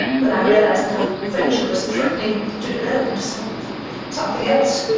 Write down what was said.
when i realized that our friendship was threatening to develop into something something else.